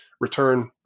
return